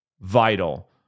vital